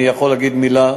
ואני יכול להגיד מילה,